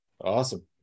awesome